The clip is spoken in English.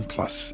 Plus